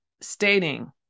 stating